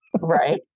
Right